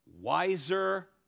wiser